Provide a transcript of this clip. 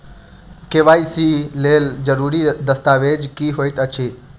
KYC लेल जरूरी दस्तावेज की होइत अछि?